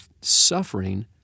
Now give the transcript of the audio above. suffering